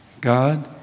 God